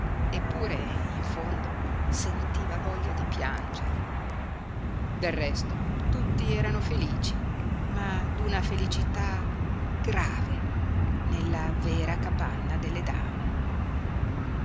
eppure in fondo sentiva voglia di piangere del resto tutti erano felici ma d'una felicità grave nella vera capanna delle dame